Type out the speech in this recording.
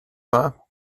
wahr